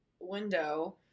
Window